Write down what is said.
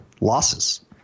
losses